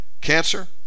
cancer